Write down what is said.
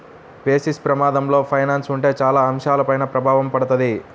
basis ప్రమాదంలో finance ఉంటే చాలా అంశాలపైన ప్రభావం పడతది